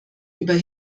über